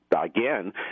again